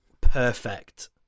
Perfect